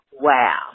Wow